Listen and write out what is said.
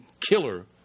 killer